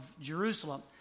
Jerusalem